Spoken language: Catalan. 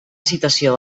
citació